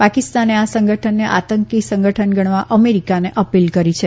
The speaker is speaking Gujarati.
પાકીસ્તાને આ સંગઠનને આતંકી સંગઠન ગણવા અમેરિકાને અપીલ કરી છે